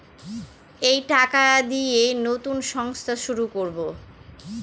এই টাকা দিয়ে নতুন সংস্থা শুরু করবো